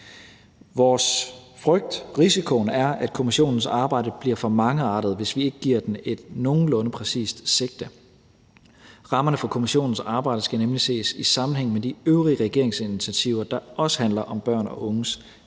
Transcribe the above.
– risikoen – er, at kommissionens arbejde bliver for mangeartet, hvis vi ikke giver den et nogenlunde præcist sigte. Rammerne for kommissionens arbejde skal nemlig ses i sammenhæng med de øvrige regeringsinitiativer, der også handler om børn og unges trivsel.